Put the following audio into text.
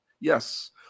Yes